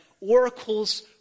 oracles